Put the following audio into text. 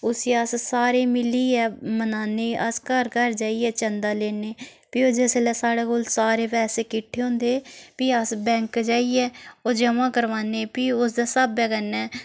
उसी अस सारे मिलियै मनाने अस घर घर जाइयै चंदा लैने फ्ही ओह् जिसलै साढ़े कोल सारे पैसे किट्ठे होंदे फ्ही अस बैंक जाइयै ओह् जमा करवाने फ्ही उसदे स्हाबै कन्नै